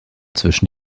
zwischen